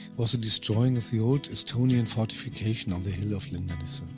was the destroying of the old estonian fortification on the hill of lyndanisse.